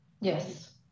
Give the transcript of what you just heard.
Yes